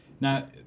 now